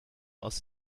aus